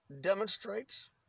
demonstrates